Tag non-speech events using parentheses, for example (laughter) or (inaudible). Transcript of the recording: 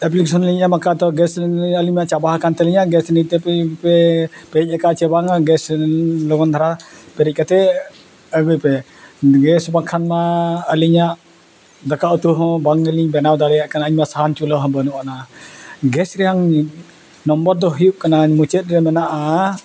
application ᱞᱤᱧ ᱮᱢ ᱟᱠᱟᱫ ᱛᱚ ᱜᱮᱥ (unintelligible) ᱟᱹᱞᱤᱧ ᱢᱟ ᱪᱟᱵᱟ ᱟᱠᱟᱱ ᱛᱟᱹᱞᱤᱧᱟ ᱜᱮᱥ ᱞᱟᱹᱭ ᱛᱮᱯᱮ ᱯᱮ ᱯᱮᱨᱮᱡ ᱟᱠᱟᱫ ᱟ ᱪᱮ ᱵᱟᱝᱟ ᱜᱮᱥ ᱥᱤᱞᱤᱱᱰᱟᱨ ᱞᱚᱜᱚᱱ ᱫᱷᱟᱨᱟ ᱯᱮᱨᱮᱡ ᱠᱟᱛᱮ ᱟᱹᱜᱩᱭ ᱯᱮ ᱜᱮᱥ ᱵᱟᱝᱠᱷᱟᱱ ᱢᱟ ᱟᱹᱞᱤᱧᱟᱜ ᱫᱟᱠᱟ ᱩᱛᱩ ᱦᱚᱸ ᱵᱟᱝ ᱜᱮᱞᱤᱧ ᱵᱮᱱᱟᱣ ᱫᱟᱲᱮᱭᱟᱜ ᱠᱟᱱᱟ ᱤᱧ ᱢᱟ ᱥᱟᱦᱟᱱ ᱪᱩᱞᱦᱟᱹ ᱦᱚᱸ ᱵᱟᱹᱱᱩᱜ ᱟᱱᱟ ᱜᱮᱥ ᱨᱮᱱᱟᱝ ᱱᱚᱢᱵᱚᱨ ᱫᱚ ᱦᱩᱭᱩᱜ ᱠᱟᱱᱟ ᱢᱩᱪᱟᱹᱫ ᱨᱮ ᱢᱮᱱᱟᱜᱼᱟ